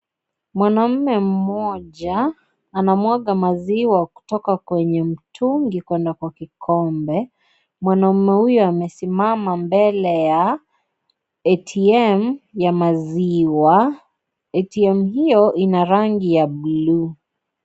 Mwanaume mmoja anamwaga maziwa kutoka kwenye mtungi kwenda kwa kikombe, mwanaume huyo amesimama mbele ya ATM ya maziwa, ATM hiyo ina rangi ya buluu .